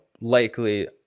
likely